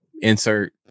insert